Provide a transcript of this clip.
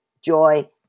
joy